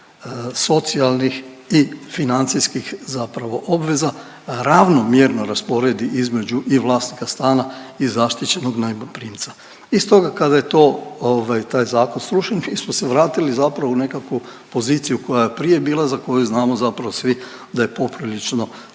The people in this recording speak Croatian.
socijalnih i financijskih zapravo obveza ravnomjerno rasporedi između i vlasnika stana i zaštićenog najmoprimca. I stoga kada je to, taj zakon srušen mi smo se vratili zapravo u nekakvu poziciju koja je prije bila za koju znamo zapravo svi da je poprilično